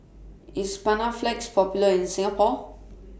IS Panaflex Popular in Singapore